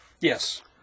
Yes